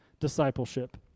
discipleship